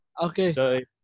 okay